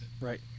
right